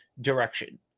direction